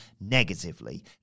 negatively